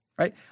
Right